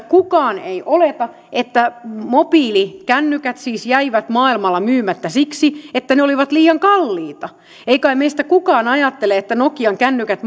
kukaan ei oleta että mobiilikännykät siis jäivät maailmalla myymättä siksi että ne olivat liian kalliita ei kai meistä kukaan ajattele että nokian kännykät